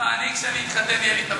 שאני מקבל בה היא עם ארצות-הברית,